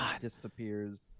disappears